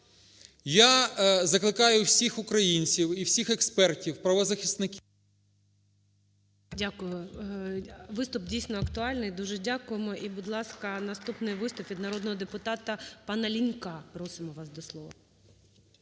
Я закликаю всіх українців і всіх експертів, правозахисників… ГОЛОВУЮЧИЙ. Дякую. Виступ, дійсно, актуальний. І дуже дякуємо. І, будь ласка, наступний виступ від народного депутата панаЛінька, просимо вас до слова.